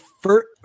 first